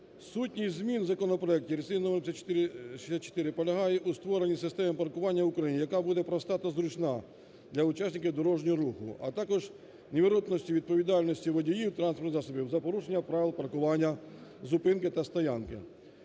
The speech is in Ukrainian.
Сутність змін в законопроекті (реєстраційний номер 5364) полягає у створенні системи паркування в Україні, яка буде проста та зручна для учасників дорожнього руху, а також невідворотності відповідальності водіїв транспортних засобів за порушення правил паркування зупинки та стоянки.